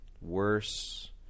worse